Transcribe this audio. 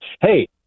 hey